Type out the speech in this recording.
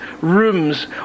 rooms